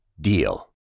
DEAL